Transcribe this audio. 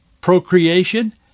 procreation